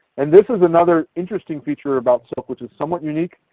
and this is another interesting feature about silk which is somewhat unique.